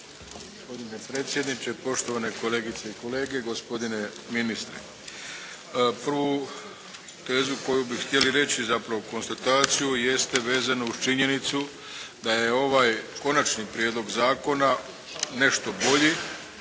Gospodine predsjedniče, poštovane kolegice i kolege, gospodine ministre. Prvu tezu koju bi htjeli reći, zapravo konstataciju jeste vezano uz činjenicu da je ovaj Konačni prijedlog Zakona nešto bolji,